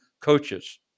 coaches